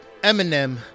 Eminem